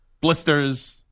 Blisters